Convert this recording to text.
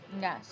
Yes